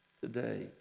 today